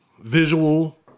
visual